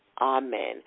Amen